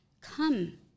come